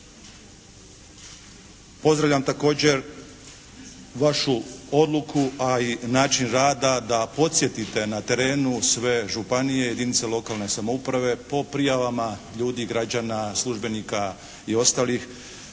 Pozdravljam također vašu odluku a i način rada da podsjetite na terenu sve županije i jedinice lokalne samouprave o prijavama ljudi, građana, službenika i ostalih